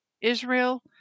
Israel